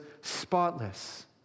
spotless